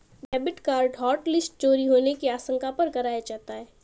debit card hotlist चोरी होने की आशंका पर कराया जाता है